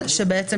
עניין.